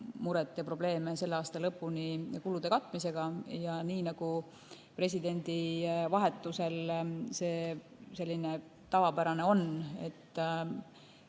ei ole probleeme selle aasta lõpuni kulude katmisega. Nii nagu presidendi vahetumisel see tavapärane on, et